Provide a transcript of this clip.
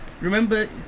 Remember